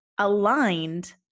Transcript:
aligned